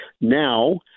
Now